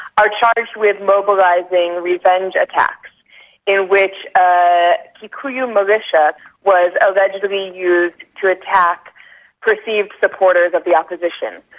are charged with mobilising revenge attacks in which ah kikuyu militia was allegedly used to attack perceived supporters of the opposition.